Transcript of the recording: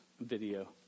video